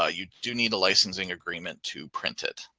ah you do need a licensing agreement to print it.